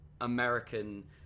American